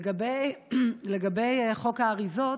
לגבי חוק האריזות,